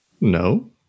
No